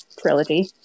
trilogy